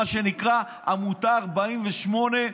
למה שנקרא עמותת 48,